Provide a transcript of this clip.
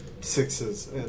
sixes